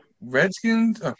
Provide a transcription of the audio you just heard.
Redskins